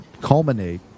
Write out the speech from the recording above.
culminate